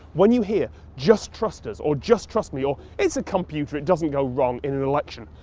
when you hear just trust us, or just trust me, or it's a computer, it doesn't go wrong in an election,